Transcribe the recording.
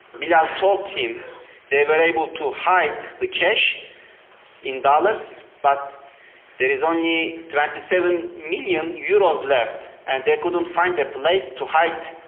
bilal told him they were able to hide the cash in dollars but there's only twenty seven million euros euros left. and they couldn't find a place to hide